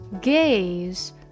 gaze